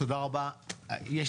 אדוני יושב-ראש הכנסת.